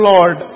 Lord